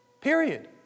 Period